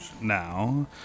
now